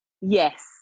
yes